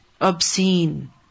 Obscene